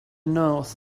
knows